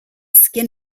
skin